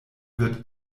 wird